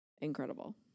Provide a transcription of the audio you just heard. incredible